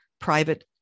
private